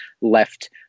left